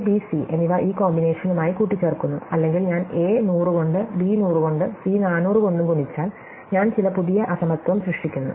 A B C എന്നിവ ഈ കോമ്പിനേഷനുമായി കൂട്ടിച്ചേർക്കുന്നു അല്ലെങ്കിൽ ഞാൻ A 100 കൊണ്ട് B 100 കൊണ്ട് C 400 കൊണ്ടും ഗുണിച്ചാൽ ഞാൻ ചില പുതിയ അസമത്വം സൃഷ്ടിക്കുന്നു